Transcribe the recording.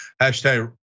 hashtag